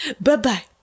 Bye-bye